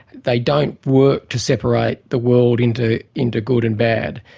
they don't work to separate the world into into good and bad.